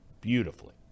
beautifully